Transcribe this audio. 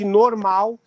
normal